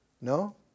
No